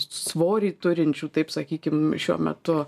svorį turinčių taip sakykim šiuo metu